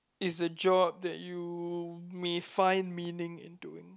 is a job that you may find meaning into in